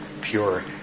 pure